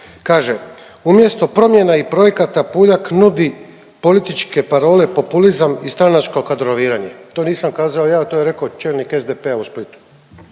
Kaže: „Umjesto promjena i projekata Puljak nudi političke parole, populizam i stranačko kadroviranje. To nisam kazao ja, to je rekao čelnik SDP-a u Splitu.